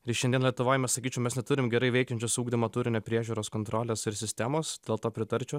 ir šiandien lietuvoj mes sakyčiau mes neturim gerai veikiančios ugdymo turinio priežiūros kontrolės sistemos dėl to pritarčiau